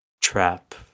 trap